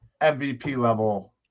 MVP-level